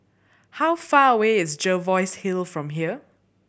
how far away is Jervois Hill from here